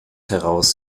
heraus